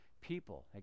people